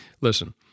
Listen